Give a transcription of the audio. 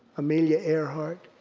amelia earhart,